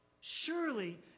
Surely